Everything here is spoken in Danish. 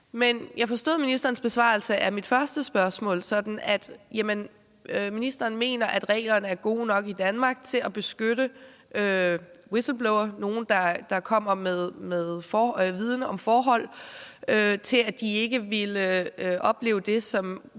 jeg forstod ministerens besvarelse af mit første spørgsmål sådan, at ministeren mener, at reglerne i Danmark er gode nok til at beskytte whistleblowere – nogle, der kommer med viden om forhold – til at de ikke vil opleve det, som whistleblowere